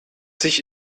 sich